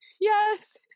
yes